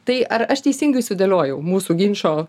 tai ar aš teisingai sudėliojau mūsų ginčo